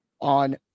on